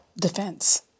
Defense